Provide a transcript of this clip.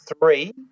three